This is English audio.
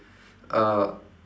uh